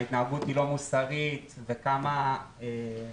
ההתנהגות היא לא מוסרית וכמה סליחה,